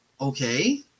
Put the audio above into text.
Okay